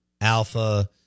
alpha